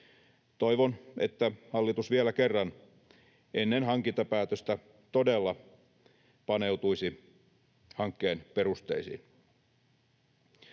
toivon, että hallitus vielä kerran ennen hankintapäätöstä todella paneutuisi hankkeen perusteisiin.